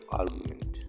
argument